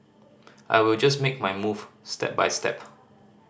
I will just make my move step by step